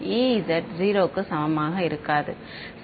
E z 0 க்கு சமமாக இருக்காது